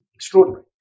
Extraordinary